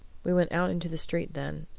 we went out into the street then,